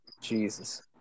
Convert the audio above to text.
jesus